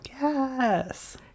Yes